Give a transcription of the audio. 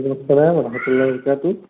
اسلام علیکم وا رحمۃاللہ برکات